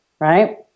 right